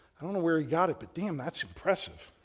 i don't know where he got it but damn, that's impressive.